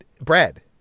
Brad